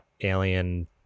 Alien